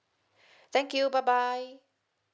thank you bye bye